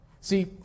See